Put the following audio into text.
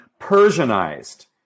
Persianized